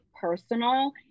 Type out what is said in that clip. personal